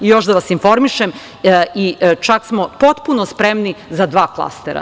Još da vas informišem, čak smo potpuno spremni za dva klastera.